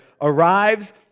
arrives